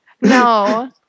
No